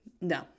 No